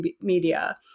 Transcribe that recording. media